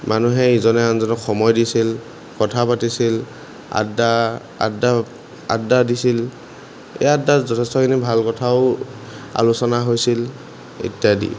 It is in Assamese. মানুহে ইজনে আনজনক সময় দিছিল কথা পাতিছিল আড্ডা আড্ডা আড্ডা দিছিল এই আড্ডাত যথেষ্টখিনি ভাল কথাও আলোচনা হৈছিল ইত্যাদি